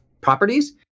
properties